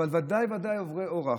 אבל ודאי וודאי עוברי אורח,